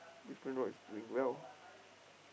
Brisbane-Roar is doing well